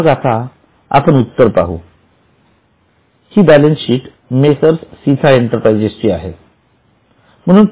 तर मग आता आपण उत्तर पाहू हि balance sheet messrs Sitha enterprises ची आहे